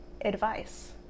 advice